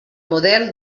model